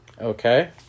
Okay